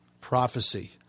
prophecy